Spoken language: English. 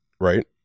Right